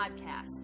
podcast